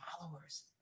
followers